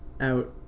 out